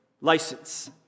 license